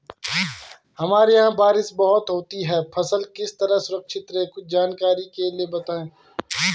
हमारे यहाँ बारिश बहुत होती है फसल किस तरह सुरक्षित रहे कुछ जानकारी के लिए बताएँ?